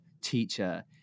teacher